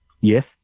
Yes